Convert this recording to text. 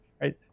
Right